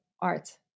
art